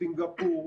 סינגפור,